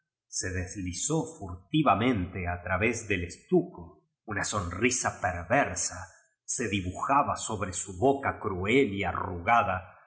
se deslizó furtivamente a través del estuco una sonrisa perversa se dibujaba sobre su boca cruel y arrugada y